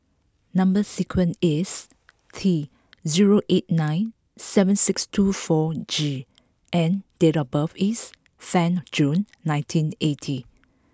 number sequence is T zero eight nine seven six two four G and date of birth is ten June nineteen eighty